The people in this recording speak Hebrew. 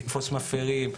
לתפוס מפירים,